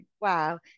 wow